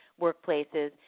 workplaces